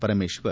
Parameshwar